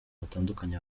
batandukanye